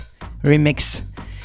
Remix